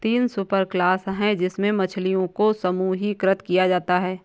तीन सुपरक्लास है जिनमें मछलियों को समूहीकृत किया जाता है